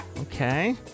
Okay